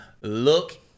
Look